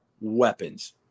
weapons